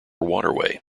waterway